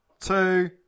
Two